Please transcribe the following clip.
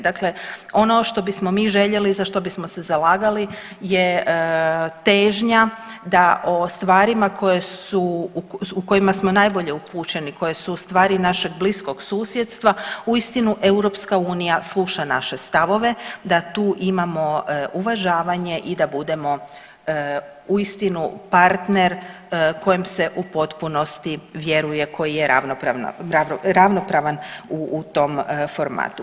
Dakle, ono što bismo mi željeli i za što bismo se zalagali je težnja da o stvarima u kojima smo najbolje upućeni, koje su ustvari našeg bliskog susjedstva uistinu Europska unija sluša naše stavove da tu imamo uvažavanje i da budemo uistinu partner kojem se u potpunosti vjeruje koji je ravnopravan u tom formatu.